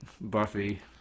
Buffy